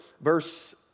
Verse